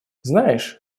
знаешь